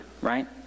right